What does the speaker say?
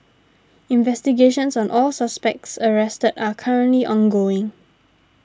investigations on all suspects arrested are currently ongoing